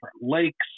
lakes